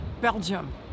Belgium